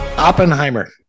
Oppenheimer